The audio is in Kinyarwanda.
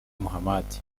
muhammad